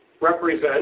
represent